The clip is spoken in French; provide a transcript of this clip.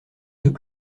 deux